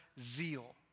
zeal